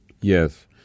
Yes